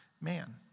man